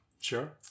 Sure